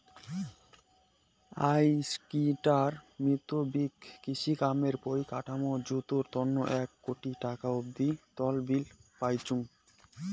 I স্কিমটার মুতাবিক কৃষিকামের পরিকাঠামর জুতের তন্ন এক কোটি টাকা অব্দি তহবিল পাইচুঙ